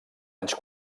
anys